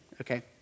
okay